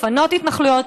לפנות התנחלויות,